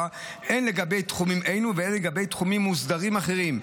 הן לגבי תחומים אלו והן לגבי תחומים מוסדרים אחרים.